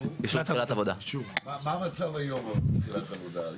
מה המצב היום בתחילת עבודה?